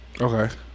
Okay